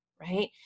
right